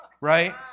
Right